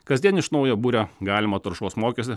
kasdien iš naujo buria galimą taršos mokestį